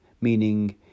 meaning